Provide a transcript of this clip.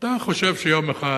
ואתה חושב שיום אחד